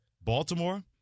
Baltimore